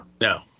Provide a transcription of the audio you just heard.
No